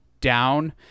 down